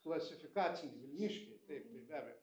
klasifikacinį vilniškiai tai taip be abejo